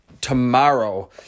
tomorrow